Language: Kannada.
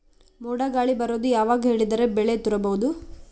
ಮೋಡ ಗಾಳಿ ಬರೋದು ಯಾವಾಗ ಹೇಳಿದರ ಬೆಳೆ ತುರಬಹುದು?